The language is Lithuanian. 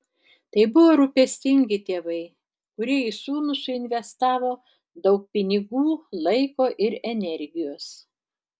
tai buvo rūpestingi tėvai kurie į sūnų suinvestavo daug pinigų laiko ir energijos